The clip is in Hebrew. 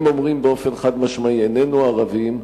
הם אומרים באופן חד-משמעי: איננו ערבים.